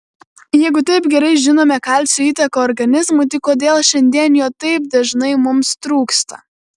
jeigu taip gerai žinome kalcio įtaką organizmui tai kodėl šiandien jo taip dažnai mums trūksta